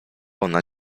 ona